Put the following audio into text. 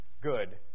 good